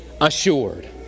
assured